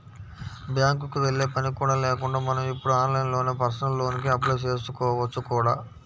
బ్యాంకుకి వెళ్ళే పని కూడా లేకుండా మనం ఇప్పుడు ఆన్లైన్లోనే పర్సనల్ లోన్ కి అప్లై చేసుకోవచ్చు కూడా